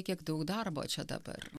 kiek daug darbo čia dabar